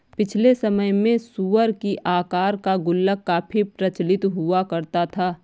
पिछले समय में सूअर की आकार का गुल्लक काफी प्रचलित हुआ करता था